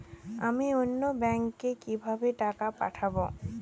আমি অন্য ব্যাংকে কিভাবে টাকা পাঠাব?